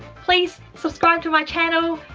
please subscribe to my channel!